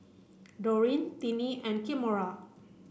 Dorene Tinnie and Kimora